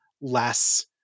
less